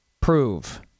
prove